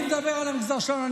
אני מדבר על המגזר שלנו.